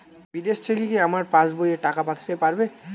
বিদেশ থেকে কি আমার পাশবইয়ে টাকা পাঠাতে পারবে?